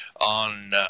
on